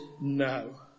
no